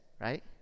right